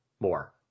more